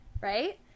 right